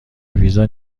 ویزا